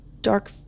dark